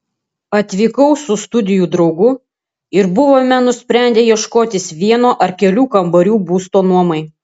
atvykau su studijų draugu ir buvome nusprendę ieškotis vieno ar kelių kambarių būsto nuomai